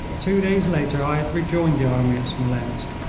two days later i had rejoined the army at smolensk,